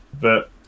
but-